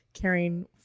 carrying